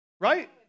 Right